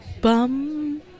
Bum